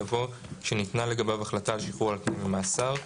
יבוא "שניתנה לגביו החלטה על שחרור על תנאי ממאסר";